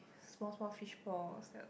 small small fishballs